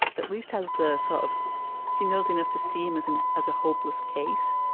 at least, has the sort of she knows enough to see him as and as a hopeless case.